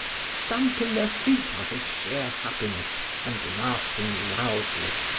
stamping their feet out of sheer happiness and laughing loudly.